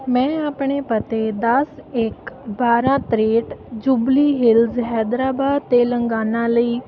ਮੈਂ ਆਪਣੇ ਪਤੇ ਦਸ ਇੱਕ ਬਾਰਾਂ ਤਰੇਂਟ ਜੁਬਲੀ ਹਿਲਸ ਹੈਦਰਾਬਾਦ ਤੇਲੰਗਾਨਾ ਲਈ